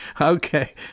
Okay